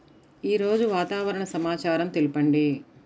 ఈరోజు వాతావరణ సమాచారం తెలుపండి